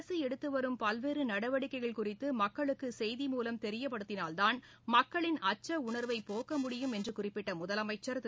அரசுஎடுத்துவரும் பல்வேறுநடவடிக்கைகள் குறித்துமக்களுக்குசெய்தி மூலம் தெரியப்படுத்தினால் தான் மக்களின் அச்சஉணர்வைபோக்க முடியும் என்றும் குறிப்பிட்டமுதலமைச்சர் திரு